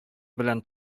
белән